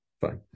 fine